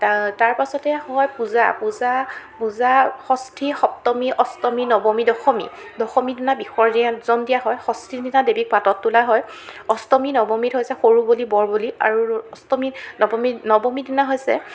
তা তাৰ পাছতে হয় পূজা পূজা পূজা ষষ্ঠী সপ্তমী অষ্টমী নৱমী দশমী দশমী দিনা বিসৰ্জন দিয়া হয় ষষ্ঠীৰ দিনা দেৱীক পাতত তোলা হয় অষ্টমী নৱমীত হৈছে সৰু বলি বৰ বলি আৰু অষ্টমী নৱমী নৱমী দিনা হৈছে